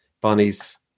bonnie's